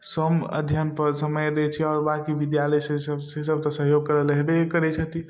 सौम्य अध्ययनपर समय दै छै आओर बाकी विद्यालय से सब तऽ सहयोग करय लए रहबे करै छथिन